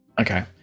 Okay